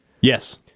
Yes